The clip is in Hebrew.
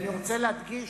אני רוצה להדגיש,